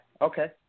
okay